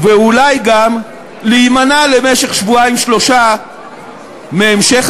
ואולי גם להימנע למשך שבועיים-שלושה מהמשך